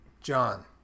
John